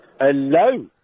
Hello